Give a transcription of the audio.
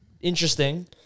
interesting